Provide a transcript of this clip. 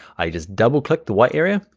i just double-click the white area.